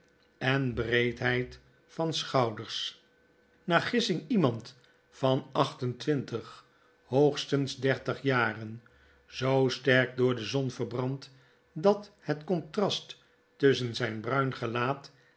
en breedheid van schouders naar gissing iemand van acht en twintig hoogstens dertig jaren zoo sterk door de zon verbrand dat het contrast tusschen zijn bruin gelaat